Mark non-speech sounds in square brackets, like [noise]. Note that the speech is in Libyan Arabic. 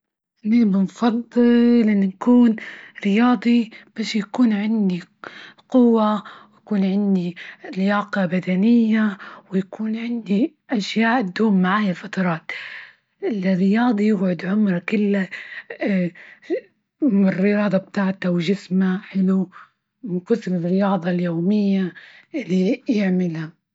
هني بنفضل أن يكون رياضي، باش يكون عندي قوة، ويكون عندي لياقة بدنية، ويكون عندي أشياء تدوم معايا فترات، ال-الرياضي يقعد عمره كله [hesitation] الرياضة بتاعته وجسمه حلو من كثر الرياضة اليومية اللي يعملها.